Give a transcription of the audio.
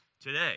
today